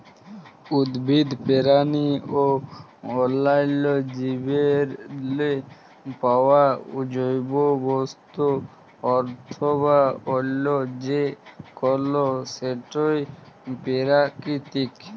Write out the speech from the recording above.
উদ্ভিদ, পেরানি অ অল্যাল্য জীবেরলে পাউয়া জৈব বস্তু অথবা অল্য যে কল সেটই পেরাকিতিক